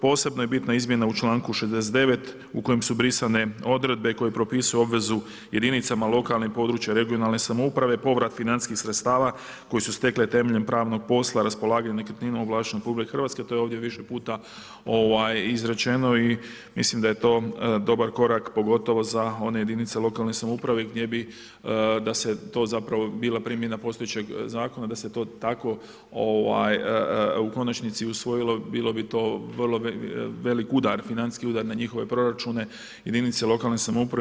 Posebno je bitna izmjena u čl.69. u kojem su brisane odredbe koje propisuju obvezu jedinicama lokalne i područne, regionalne samouprave, povrat financijskih sredstava koje su stekle temeljem pravnog posla, raspolaganju nekretnina u vlasništvu RH, to je ovdje više puta izrečeno i mislim da je to dobar korak pogotovo za one jedinice lokalne samouprave gdje bi da se to zapravo bila primjena postojećeg zakona, da se to tako u konačnici usvojilo, bilo bi to vrlo veliki udar, financijski udar na njihove proračune jedinice lokalne samouprave.